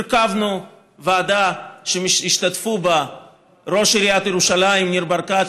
הרכבנו ועדה שהשתתפו בה ראש עיריית ירושלים ניר ברקת,